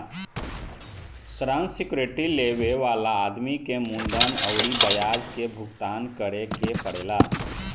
ऋण सिक्योरिटी लेबे वाला आदमी के मूलधन अउरी ब्याज के भुगतान करे के पड़ेला